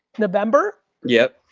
november. yeah.